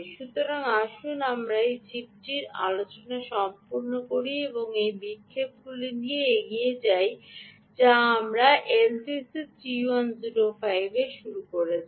সুতরাং আসুন আমরা এই চিপটির আলোচনা সম্পূর্ণ করতে এই বিক্ষোভগুলি নিয়ে এগিয়ে যাই যা আমরা এই এলটিসি 3105 শুরু করেছি